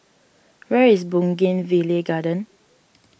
where is Bougainvillea Garden